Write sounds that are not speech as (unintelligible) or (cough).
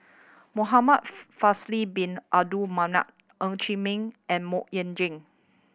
Muhamad (unintelligible) Faisal Bin Abdul Manap Ng Chee Meng and Mok Ying Jang